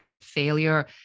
failure